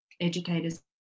educators